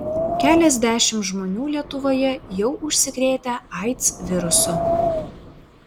keliasdešimt žmonių lietuvoje jau užsikrėtę aids virusu